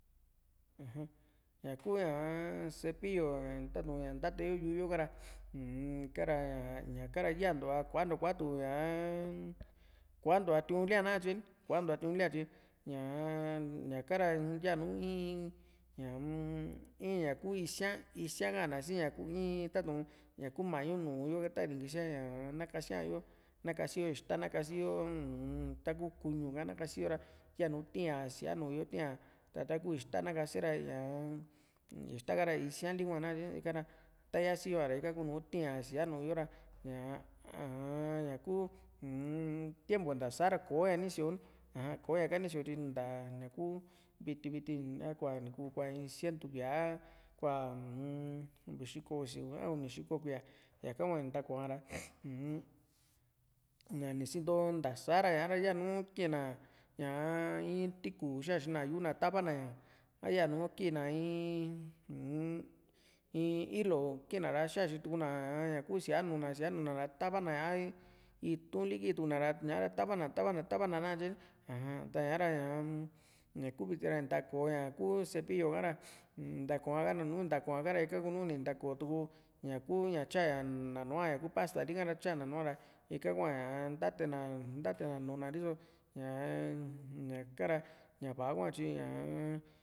aja ñaku ñaa cepillo ñaa tatu´n ña ntateyo yu´u yo ra uu´kara ña ñaka ra yantua kuatuu ñaa kuantu´a tiu´n lia nakatye ni kuantua tiu´n lia tyi ñaa ñaka ra yanu in ñaa-m iin ña kuu isíaa isíaa ka´an si ña in tatu´n ñaku mau nu´u yo ta ni kisiaa na kasia´yo na kasiyo ixta na kasiyo uu-n taku kuñu ka nakasiyo ra yanu tii´a síaa nu´u yo tíaa taku ixta na kase ra ñaa ixta ka ra isia li hua nakatye ni ra ta yasiiyo a ra ika kunu tii´n a síaa nu´u yo ra ñaa aa-n ñaku uu-m tiempu nta sa´a ra kò´o ña ni síio ni aja koña ka ni síio tyi ntaña kuu viiti viti ta kua ni kuu kuaa in cinetu kuía a kuaa uu-n uvi xiko usi a uni xiko kuía ñaka hua ni ntako´a ra uu-m ná ni sinto ntasa ra ña´ra yaanu kii´n na ñaa in tiku xaxi na yu´u na tava na a yanu kii na iin uu-m in hilo kina ra xaxina tukuna kñaku sia nu´u na ta síaa nu´u na ra tava na aa itu´n li kituku na ra ñaara tava na tava na na katye ni aja taa´ña ñaa ña kuu viti ra ni ntako ña ku cepillo ka ra ntako´a nu ntakoa´ha ra ika kunuu ni ntakootuku ñaa ku ña tyaa ña naa nu´a ñaku pastali ka ra tyana nu´a ra ika kua ñaa ntatena ntatena nu´u na riso ñaa ña´ka ra ña vaá hua tyi ñaa